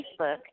Facebook